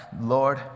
Lord